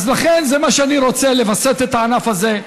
אז לכן זה מה שאני רוצה, לווסת את הענף הזה.